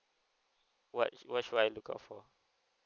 what what should I look out for